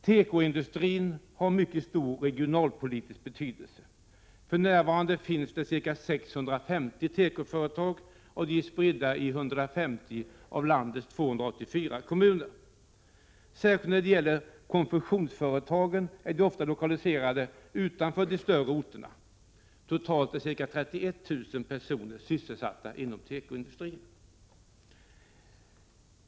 Tekoindustrin har en mycket stor regionalpolitisk betydelse. För närvarande finns det ca 650 tekoföretag, och de är spridda i 150 av landets 284 kommuner. Särskilt konfektionsföretagen är ofta lokaliserade till områden utanför de större orterna. Totalt är ca 31 000 personer sysselsatta inom tekoindustrin.